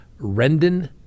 Rendon